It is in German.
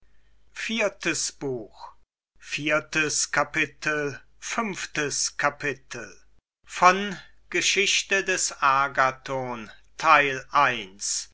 sei fünftes kapitel schwärmerei des agathon